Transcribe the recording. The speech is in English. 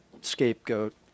scapegoat